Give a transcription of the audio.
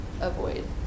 avoid